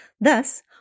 Thus